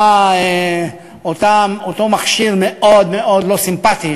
אותו מכשיר מאוד מאוד לא סימפתי,